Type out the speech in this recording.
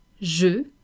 Je